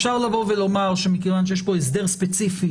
אפשר לבוא ולומר שמכיוון שיש פה הסדר ספציפי